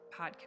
podcast